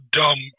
dumb